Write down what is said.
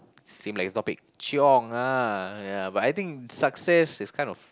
seem like a topic chiong ah ya but I think success is kind of